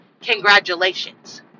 congratulations